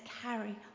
carry